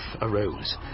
arose